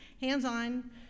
hands-on